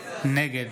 נגד